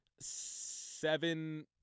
seven